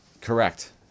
Correct